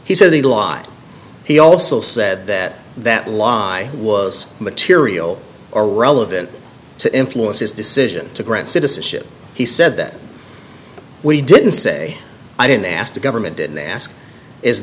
he said he lied he also said that that lie was material or relevant to influence his decision to grant citizenship he said that we didn't say i didn't ask the government didn't ask is